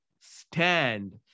stand